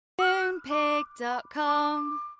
MoonPig.com